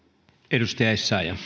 arvoisa